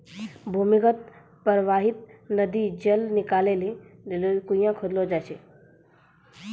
भूमीगत परबाहित नदी जल निकालै लेलि कुण्यां खोदलो जाय छै